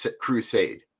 crusade